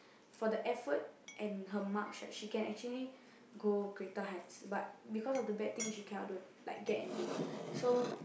for the effort and her marks right she can actually go greater heights but because of the bad things she cannot do like get anything so